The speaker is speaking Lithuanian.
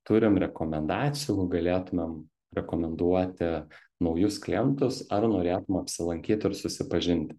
turim rekomendacijų galėtumėm rekomenduoti naujus klientus ar norėtum apsilankyt ir susipažinti